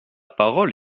parole